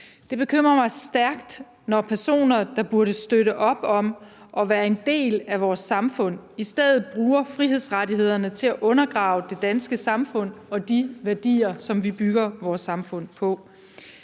Det bekymrer mig stærkt, når personer, der burde støtte op om at være en del af vores samfund, i stedet bruger frihedsrettighederne til at undergrave det danske samfund og de værdier, som vi bygger vores samfund på.